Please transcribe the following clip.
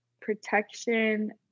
protection